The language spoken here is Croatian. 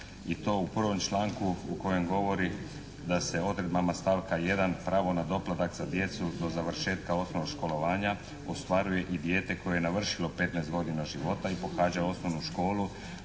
I to u prvom članku u kojem govori da se odredbama stavka 1. pravo na doplatak za djecu do završetka osnovnog školovanja ostvaruje i dijete koje je navršilo 15 godina života i pohađa osnovnu školu,